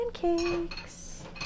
pancakes